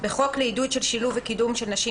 3.בחוק לעידוד של שילוב וקידום של נשים